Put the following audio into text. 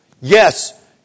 Yes